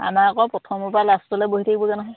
আমাৰ আকৌ প্ৰথমৰপৰা লাষ্টলৈকে বহি থাকিবগৈ নহয়